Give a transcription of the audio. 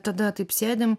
tada taip sėdim